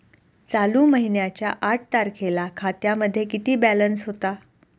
चालू महिन्याच्या आठ तारखेला खात्यामध्ये किती बॅलन्स होता?